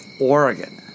Oregon